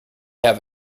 have